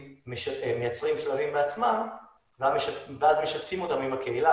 מייצרים שלבים בעצמם ואז משתפים אותם עם הקהילה.